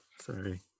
Sorry